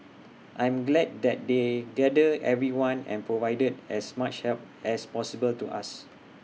I am glad that they gathered everyone and provided as much help as possible to us